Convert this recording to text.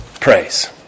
praise